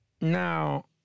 Now